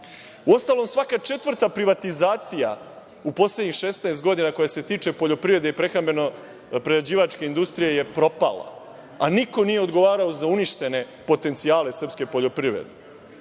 prodate. Uostalom, svaka četvrta privatizacija u poslednjih 16 godina koja se tiče poljoprivede i prehrambeno-prerađivačke industrije je propala, a niko nije odgovarao za uništene potencijale srpske poljoprivede.